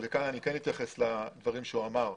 וכאן אני כן אתייחס לדברים שהוא אמר,